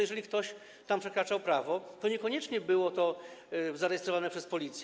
Jeżeli ktoś tam przekraczał prawo, to niekoniecznie było to zarejestrowane przez Policję.